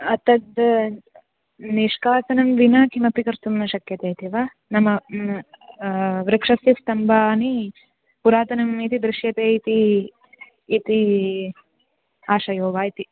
तद् निष्कासनं विना किमपि कर्तुं न शक्यते इति वा नाम वृक्षस्य स्तम्भानि पुरातनम् इति दृश्यते इति इति आशयो वा इति